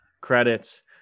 credits